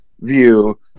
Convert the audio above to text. view